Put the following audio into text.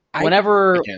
whenever